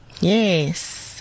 Yes